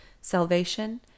salvation